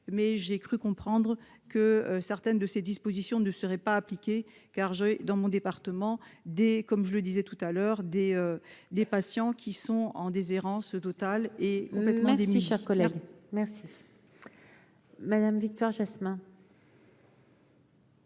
mais j'ai cru comprendre que certaines de ces dispositions ne serait pas appliquée car j'ai dans mon département des comme je le disais tout à l'heure des des patients qui sont en déshérence totale est complètement des chers. Merci. Madame Victoire Jasmin.